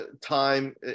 time